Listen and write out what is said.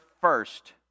first